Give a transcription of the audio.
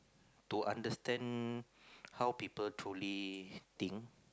to understand how people truly think